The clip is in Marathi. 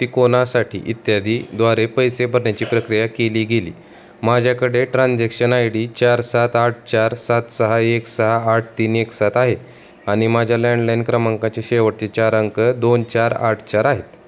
तिकोनासाठी इत्यादीद्वारे पैसे भरण्याची प्रक्रिया केली गेली माझ्याकडे ट्रान्झॅक्शन आय डी चार सात आठ चार सात सहा एक सहा आठ तीन एक सात आहे आणि माझ्या लँडलाईन क्रमांकाचे शेवटचे चार अंक दोन चार आठ चार आहेत